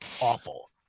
awful